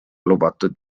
lubatud